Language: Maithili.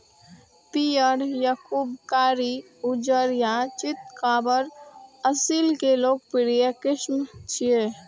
पीयर, याकूब, कारी, उज्जर आ चितकाबर असील के लोकप्रिय किस्म छियै